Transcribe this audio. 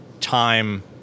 time